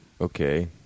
Okay